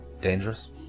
dangerous